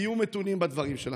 תהיו מתונים בדברים שלכם.